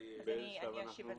אני אשיב על זה.